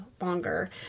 longer